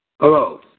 Hello